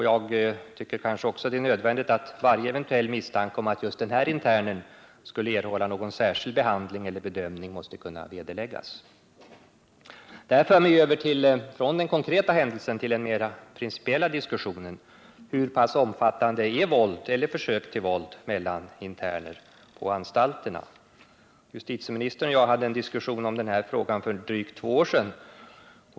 Jag tycker det är nödvändigt att varje eventuell misstanke om att just den här internen skulle erhålla någon särskild behandling eller bedömning kan vederläggas. Jag går därefter över från den konkreta händelsen till den mer principiella diskussionen: Hur pass omfattande är våld eller försök till våld mellan interner på anstalterna? Justitieministern och jag hade en diskussion om den här frågan för drygt två år sedan.